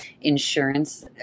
insurance